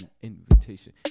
invitation